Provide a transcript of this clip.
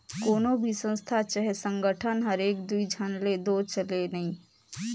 कोनो भी संस्था चहे संगठन हर एक दुई झन ले दो चले नई